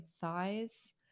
thighs